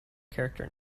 character